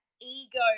ego